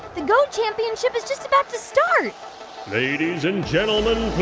the go championship is just about to start ladies and gentlemen,